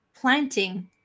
planting